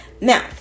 Now